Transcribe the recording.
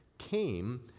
came